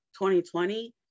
2020